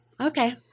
Okay